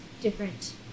different